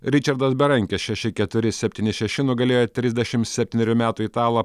ričardas berankis šeši keturi septyni šeši nugalėjo trisdešim septynerių metų italą